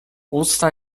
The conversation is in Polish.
usta